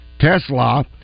Tesla